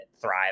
thrive